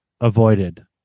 avoided